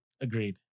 Agreed